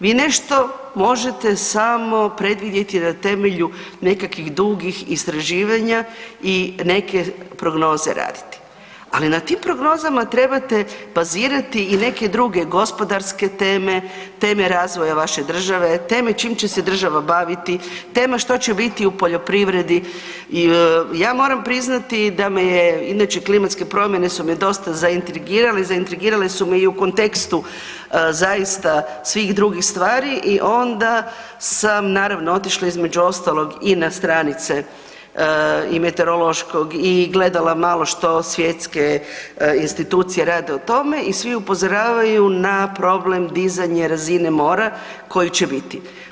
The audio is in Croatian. Vi nešto možete samo predvidjeti na temelju nekakvih dugih istraživanja i neke prognoze raditi, ali na tim prognozama trebate bazirati i neke druge, gospodarske teme, teme razvoja vaše države, teme čim će se država baviti, tema što će biti u poljoprivredi i ja moram priznati da me je inače klimatske promjene su me dosta zaintrigirale su me i u kontekstu zaista svih drugih stvari i onda sam naravno otišla između ostalog i na stranice i meteorološkog i gledala malo što svjetske institucije rade o tome i svi upozoravaju na problem dizanja razine mora koje će biti.